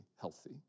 healthy